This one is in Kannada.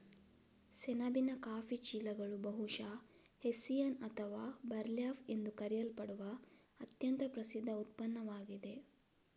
ಸೆಣಬಿನ ಕಾಫಿ ಚೀಲಗಳು ಬಹುಶಃ ಹೆಸ್ಸಿಯನ್ ಅಥವಾ ಬರ್ಲ್ಯಾಪ್ ಎಂದು ಕರೆಯಲ್ಪಡುವ ಅತ್ಯಂತ ಪ್ರಸಿದ್ಧ ಉತ್ಪನ್ನವಾಗಿದೆ